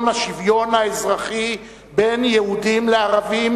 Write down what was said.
השוויון האזרחי בין יהודים לערבים,